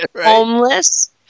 homeless